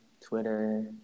Twitter